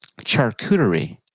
charcuterie